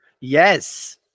yes